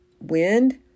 wind